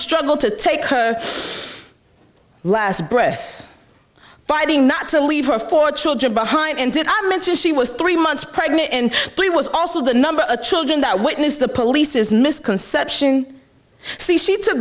struggle to take her last breath fighting not to leave her four children behind and did i mention she was three months pregnant and she was also the number of children that witnessed the police's misconception see she